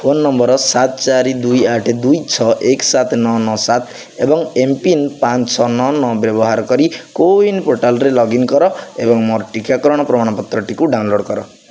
phone number ସାତ ଚାରି ଦୁଇ ଆଠ ଦୁଇ ଛଅ ଏକ ସାତ ନଅ ନଅ ସାତ ଏବଂ ଏମ୍ପିନ୍ ପାଞ୍ଚ ଛଅ ନଅ ନଅ ବ୍ୟବହାର କରି କୋୱିନ୍ ପୋର୍ଟାଲ୍ରେ ଲଗ୍ଇନ୍ କର ଏବଂ ମୋର ଟିକାକରଣର ପ୍ରମାଣପତ୍ରଟିକୁ ଡାଉନଲୋଡ଼୍ କର